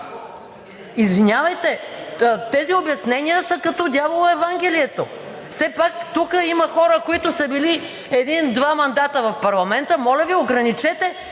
Извинявайте, тези обяснения са като дявола и Евангелието. Все пак тук има хора, които са били един-два мандата в парламента. Моля Ви, ограничете